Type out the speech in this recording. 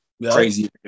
crazy